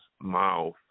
mouth